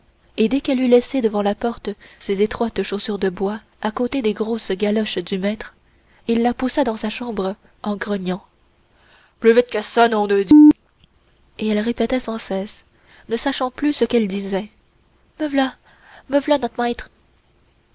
et dès qu'elle eut laissé devant la porte ses étroites chaussures de bois à côté des grosses galoches du maître il la poussa dans sa chambre en grognant plus vite que ça donc nom de d et elle répétait sans cesse ne sachant plus ce qu'elle disait me v'là me v'là not maître